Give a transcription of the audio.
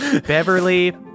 Beverly